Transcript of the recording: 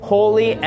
Holy